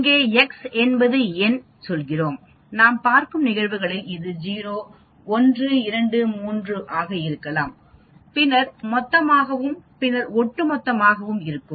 இங்கே x என்பது எண் என்று சொல்கிறோம் நாம் பார்க்கும் நிகழ்வுகளின் இது 1 2 3 0 ஆக இருக்கலாம் பின்னர் மொத்தமாகவும் பின்னர் ஒட்டுமொத்தமாகவும் இருக்கும்